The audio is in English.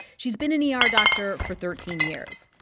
she's been an yeah ah er doctor for thirteen years.